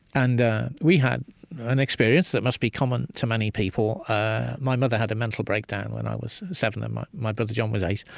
and we had an experience that must be common to many people my mother had a mental breakdown when i was seven and ah my brother john was eight,